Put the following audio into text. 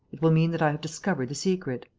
it will mean that i have discovered the secret.